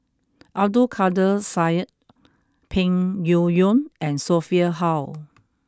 Abdul Kadir Syed Peng Yuyun and Sophia Hull